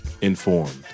informed